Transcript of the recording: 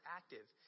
active